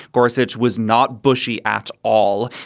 gorsuch was not bushie at all.